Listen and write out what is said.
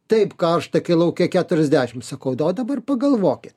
taip karšta kai lauke keturiasdešimt sakau o dabar pagalvokit